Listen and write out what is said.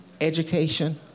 education